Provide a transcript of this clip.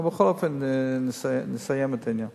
בכל אופן, נסיים את העניין בקרוב.